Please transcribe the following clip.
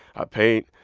i paint.